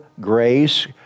grace